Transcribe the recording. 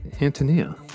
Antonia